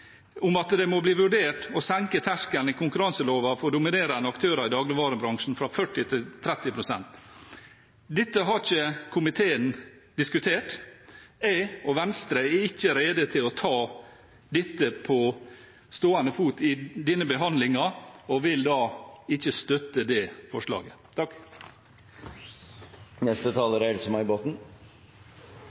må bli vurdert å senke grensen for dominerende aktører i dagligvarebransjen fra 40 pst. til 30 pst. Dette har ikke komiteen diskutert. Jeg og Venstre er ikke rede til å ta dette på stående fot i denne behandlingen og vil ikke støtte det forslaget. Arbeiderpartiet ønsket å få lagt fram forslag om dette, god handelsskikk med tilsynskapasitet, som omfatter distribusjon av matvarer. Det er